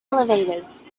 elevators